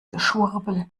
geschwurbel